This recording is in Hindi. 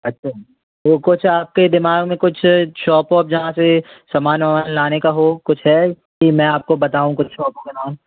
अच्छा तो कुछ आपके दिमाग में कुछ शॉप वॉप जहाँ से सामान ओमान लाने का हो कुछ है कि मैं आपको बताऊँ कुछ शॉप का नाम